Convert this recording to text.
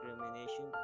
discrimination